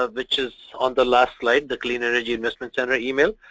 ah which is on the last slide, the clean energy investment center email,